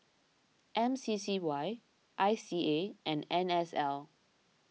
M C C Y I C A and N S L